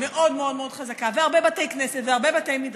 מאוד חזקה, והרבה בתי כנסת, והרבה בתי מדרש,